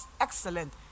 excellent